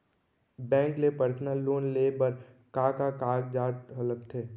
Bank ले personal loan लेये बर का का कागजात ह लगथे?